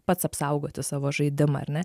pats apsaugoti savo žaidimą ar ne